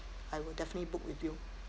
I will definitely book with you